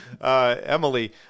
Emily